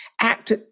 act